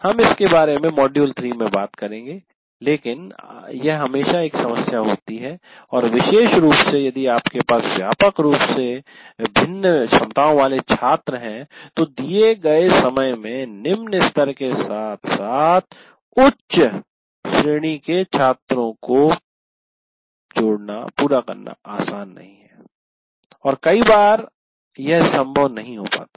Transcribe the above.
हम इसके बारे में मॉड्यूल 3 में बात करेंगे लेकिन यह हमेशा एक समस्या होती है और विशेष रूप से यदि आपके पास व्यापक रूप से भिन्न क्षमताओं वाले छात्र हैं तो दिए गए समय में निम्न स्तर के साथ साथ उच्च श्रेणी के छात्रों को पूरा करना आसान नहीं है और कई बार यह संभव नहीं पाता है